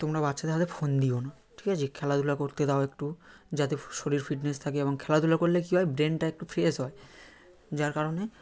তোমরা বাচ্চাদের হাতে ফোন দিও না ঠিক আছে খেলাধুলা করতে দাও একটু যাতে শরীর ফিটনেস থাকে এবং খেলাধুলা করলে কি হয় ব্রেনটা একটু ফ্রেস হয় যার কারণে